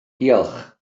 diolch